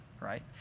right